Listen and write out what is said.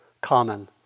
common